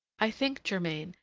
i think, germain,